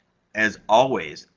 as always,